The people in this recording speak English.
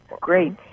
great